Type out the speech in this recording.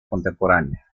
contemporánea